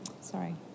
sorry